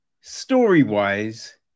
Story-wise